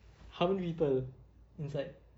how many people inside